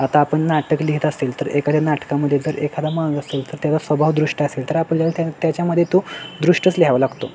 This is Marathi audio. आता आपण नाटक लिहित असू तर एखाद्या नाटकामध्ये जर एखादा मान असेल तर तेजा स्वभाव दुष्ट असेल तर आपल्याला त्या त्याच्यामध्ये तो दुष्टच लिहावा लागतो